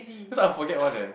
cause I'll forget one eh